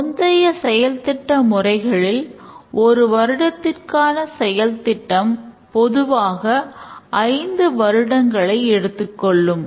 முந்தைய செயல்திட்ட முறைகளில் ஒரு வருடத்திற்கான செயல்திட்டம் பொதுவாக ஐந்து வருடங்களை எடுத்துக் கொள்ளும்